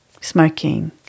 smoking